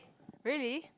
really